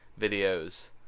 videos